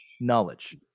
knowledge